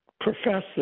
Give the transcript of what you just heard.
professors